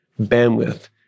bandwidth